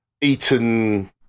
eaten